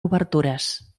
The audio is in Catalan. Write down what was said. obertures